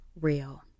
real